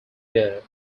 year